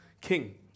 king